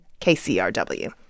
KCRW